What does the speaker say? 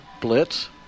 blitz